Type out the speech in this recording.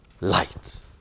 light